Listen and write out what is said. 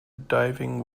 diving